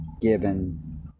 given